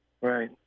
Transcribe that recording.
Right